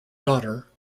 daughter